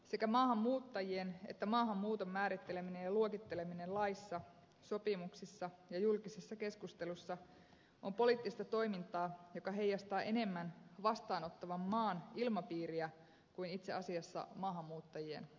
sekä maahanmuuttajien että maahanmuuton määritteleminen ja luokitteleminen laissa sopimuksissa ja julkisessa keskustelussa on poliittista toimintaa joka heijastaa enemmän vastaanottavan maan ilmapiiriä kuin itse asiassa maahanmuuttajien todellista tilannetta